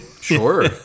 Sure